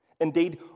Indeed